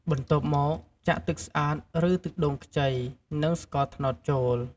បន្ទាប់មកចាក់ ទឹកស្អាត ឬទឹកដូងខ្ចី និង ស្ករត្នោត ចូល។